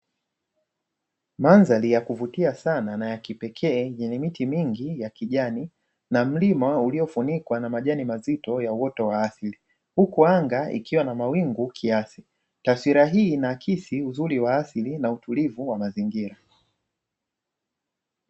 Mandhari ya kuvutia sana na ya kipekee, yenye miti mingi ya kijani na mlima uliofunikwa na majani mazito ya uoto wa asili huku anga ikiwa na mawingu kiasi, taswira hii inaakisi uzuri wa asili na utulivu wa mazingira.